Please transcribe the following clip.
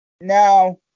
Now